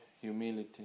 humility